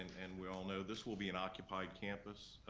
and we all know, this will be an occupied campus,